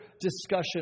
discussion